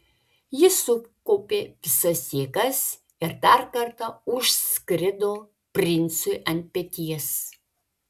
jis sukaupė visas jėgas ir dar kartą užskrido princui ant peties